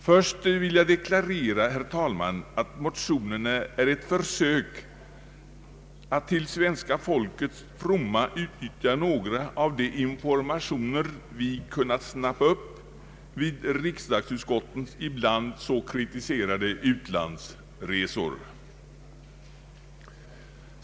Först vill jag, herr talman, deklarera, att motionerna är ett försök att till svenska folkets fromma utnyttja några av de informationer vi kunnat snappa upp vid riksdagsutskottens ibland så kritiserade utlandsresor.